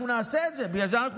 חכה עם זה, דבר עם האוצר.